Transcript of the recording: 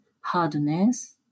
hardness